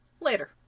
Later